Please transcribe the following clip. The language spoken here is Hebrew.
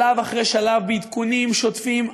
שלב אחרי שלב בעדכונים שוטפים,